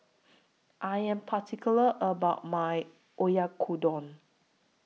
I Am particular about My Oyakodon